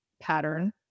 pattern